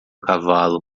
cavalo